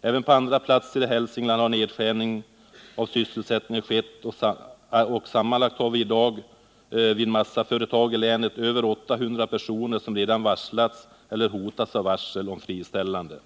Även på andra platser i Hälsingland har nedskärning av sysselsättningen skett, och sammanlagt har vi i dag i massaföretag i länet över 800 personer som redan varslats eller hotats av varsel om friställande.